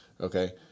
Okay